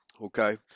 okay